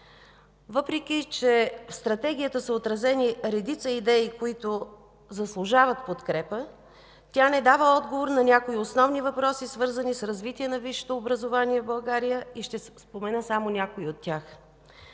Въпреки че в Стратегията са отразени редица идеи, които заслужават подкрепа, тя не дава отговор на някои основни въпроси, свързани с развитие на висшето образование в България и ще спомена само някои от тях.